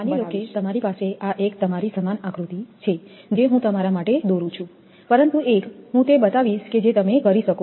માની લો કે તમારી પાસે આ એક તમારી સમાન આકૃતિ છે જે હું તમારા માટે દોરું છું પરંતુ એક હું તે બતાવીશ જે તમે કરી શકો